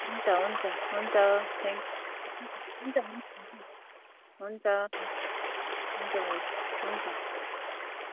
हुन्छ हुन्छ हुन्छ थ्याङ्क्यु हुन्छ हुन्छ हुन्छ हुन्छ बैनी हुन्छ